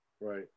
Right